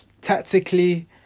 Tactically